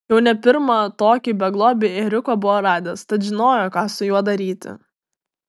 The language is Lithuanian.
jau ne pirmą tokį beglobį ėriuką buvo radęs tad žinojo ką su juo daryti